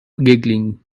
giggling